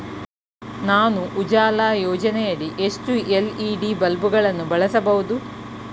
ನಾನು ಉಜಾಲ ಯೋಜನೆಯಡಿ ಎಷ್ಟು ಎಲ್.ಇ.ಡಿ ಬಲ್ಬ್ ಗಳನ್ನು ಬಳಸಬಹುದು?